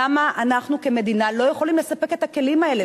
למה אנחנו כמדינה לא יכולים לספק את הכלים האלה,